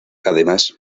además